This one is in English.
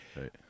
Right